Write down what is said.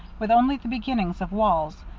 with only the beginnings of walls,